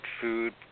food